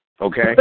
okay